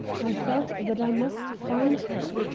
i felt that i must find her.